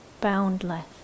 boundless